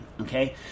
okay